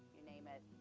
you name it,